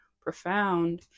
profound